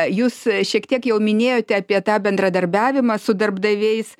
jūs šiek tiek jau minėjote apie tą bendradarbiavimą su darbdaviais